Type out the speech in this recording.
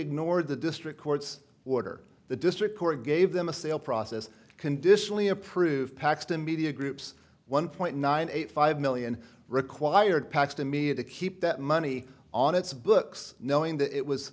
ignored the district court's order the district court gave them a sale process conditionally approved paxton media groups one point nine eight five million required pacs to me at the keep that money on its books knowing that it was